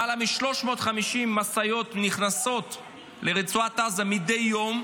למעלה מ-350 משאיות נכנסות לרצועת עזה מדי יום,